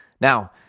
Now